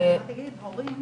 אני רק אגיד, הורים